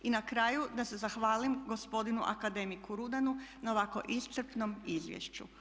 I na kraju da se zahvalim gospodinu akademiku Rudanu na ovako iscrpnom izvješću.